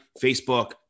facebook